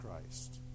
Christ